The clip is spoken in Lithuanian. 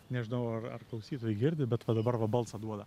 nežinau ar ar klausytojai girdi bet va dabar va balsą duoda